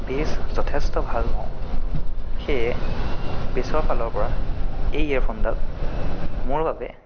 বেছ যথেষ্ট ভাল পাওঁ সেয়ে বেছৰ ফালৰ পৰা এই ইয়েৰফোনডাল মোৰ বাবে